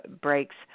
breaks